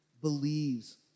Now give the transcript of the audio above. believes